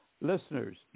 Listeners